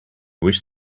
wish